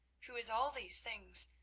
who is all these things,